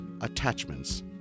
attachments